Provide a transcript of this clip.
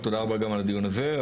תודה גם על הדיון הזה,